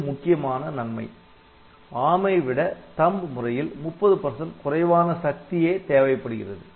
மிக முக்கியமான நன்மை ARM ஐ விட THUMB முறையில்30 குறைவான சக்தியே தேவைப்படுகிறது